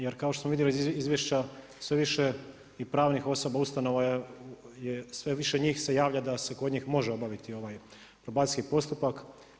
Jer kao što smo vidjeli iz izvješća, sve više i pravnih osoba ustanova je sve više njih se javlja da se kod njih može obaviti ovaj probacijski postupak.